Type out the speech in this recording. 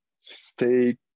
stay